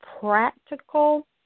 practical